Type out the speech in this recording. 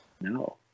No